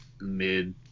mid